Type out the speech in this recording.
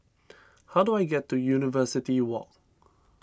how do I get to University Walk